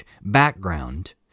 background